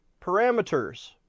parameters